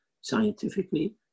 scientifically